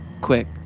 quick